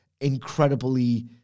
incredibly